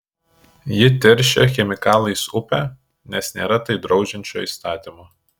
ji teršia chemikalais upę nes nėra tai draudžiančio įstatymo